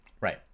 right